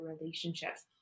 relationships